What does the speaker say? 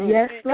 Yes